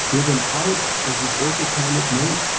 you are then out of this autopilot mode,